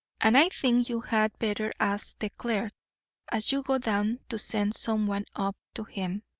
and i think you had better ask the clerk as you go down to send someone up to him